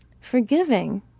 Forgiving